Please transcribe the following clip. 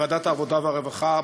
ועדת העבודה והרווחה,